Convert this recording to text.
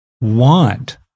want